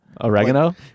oregano